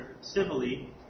civilly